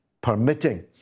permitting